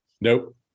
Nope